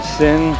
sin